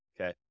Okay